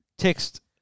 Text